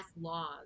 laws